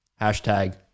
Hashtag